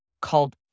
called